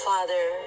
Father